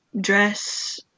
dress